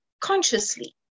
consciously